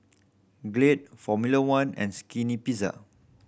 Glade Formula One and Skinny Pizza